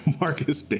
marcus